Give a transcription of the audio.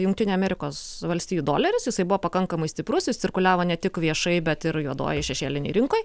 jungtinių amerikos valstijų doleris jisai buvo pakankamai stiprus jis cirkuliavo ne tik viešai bet ir juodojoj šešėlinėj rinkoj